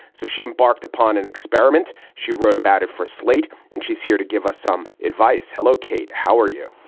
so she embarked upon an experiment. she wrote about it for slate. and she's here to give us some advice. hello, kate. how are you?